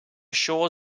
shore